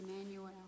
Emmanuel